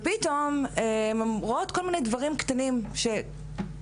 ופתאום הן רואות כל מיני דברים קטנים שקורים,